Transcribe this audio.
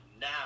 now